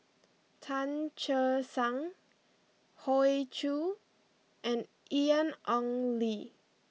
Tan Che Sang Hoey Choo and Ian Ong Li